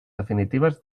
definitives